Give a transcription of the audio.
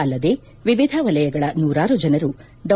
ಅಲ್ಲದೆ ವಿವಿಧ ವಲಯಗಳ ನೂರಾರು ಜನರು ಡಾ